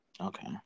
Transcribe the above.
Okay